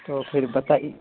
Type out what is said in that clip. تو پھر بتائیے